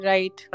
Right